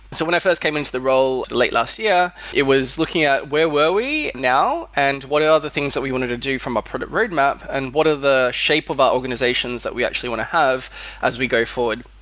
so when i first came into the role late last year, it was looking at where were we now and what are the other things that we wanted to do from a product roadmap and what are the shape of our organizations that we actually want to have as we go forward?